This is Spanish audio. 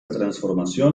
transformación